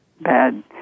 bad